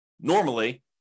normally